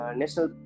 national